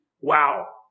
wow